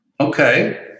Okay